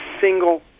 single